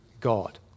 God